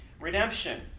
redemption